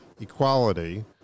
equality